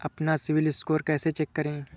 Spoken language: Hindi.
अपना सिबिल स्कोर कैसे चेक करें?